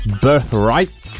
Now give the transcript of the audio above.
birthright